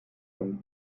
von